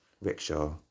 Rickshaw